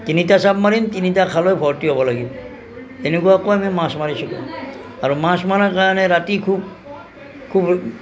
তিনিটা চাব মাৰিম তিনিটা খালৈ ভৰ্তি হ'ব লাগিব এনেকুৱাকৈ আমি মাছ মাৰিছিলো আৰু মাছ মৰাৰ কাৰণে ৰাতি খুব